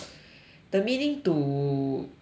the meaning to be